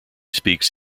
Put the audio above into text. speaks